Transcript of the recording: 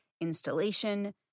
installation